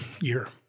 year